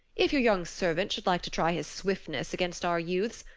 if your young servant should like to try his swiftness against our youths,